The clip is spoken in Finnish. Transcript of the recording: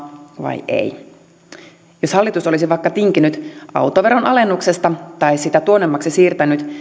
vai ei jos hallitus olisi vaikka tinkinyt autoveron alennuksesta tai sitä tuonnemmaksi siirtänyt